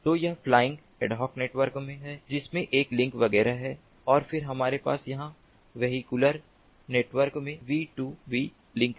तो यह flying ad hoc network है जिसमें एक लिंक वगैरह है और फिर हमारे पास यहाँ वेहिकुलर नेटवर्क में वी टू वी लिंक है